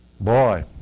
Boy